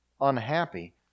unhappy